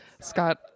Scott